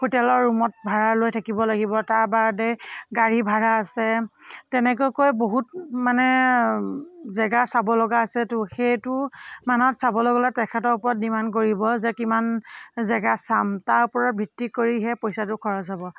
হোটেলৰ ৰূমত ভাৰা লৈ থাকিব লাগিব তাৰ বাদে গাড়ী ভাড়া আছে তেনেকুৱাকৈ বহুত মানে জেগা চাব লগা আছেতো সেইটো মানত চাবলৈ গ'লে তেখেতৰ ওপৰত ডিমাণ্ড কৰিব যে কিমান জেগা চাম তাৰ ওপৰত ভিত্তি কৰিহে পইচাটো খৰচ হ'ব